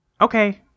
okay